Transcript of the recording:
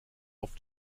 oft